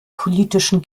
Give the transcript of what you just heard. politischen